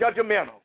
judgmental